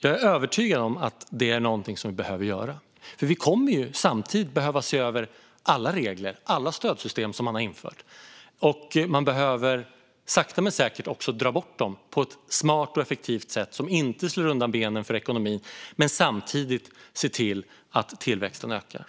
Jag är övertygad om att det är något vi behöver göra. Vi kommer samtidigt att behöva se över alla regler, alla stödsystem, som har införts. Man behöver sakta men säkert också dra bort dem på ett smart och effektivt sätt som inte slår undan benen för ekonomin men samtidigt se till att tillväxten ökar.